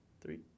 Three